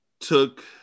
took